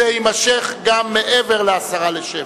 זה יימשך גם מעבר ל-18:50.